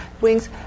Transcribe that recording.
wings